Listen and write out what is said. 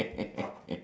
small thief